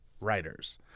writers